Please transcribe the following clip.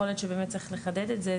יכול להיות שבאמת צריך לחדד את זה,